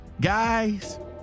guys